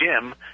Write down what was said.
Jim